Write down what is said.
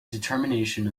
determination